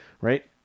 right